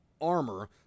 armor